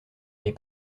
les